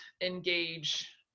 engage